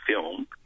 film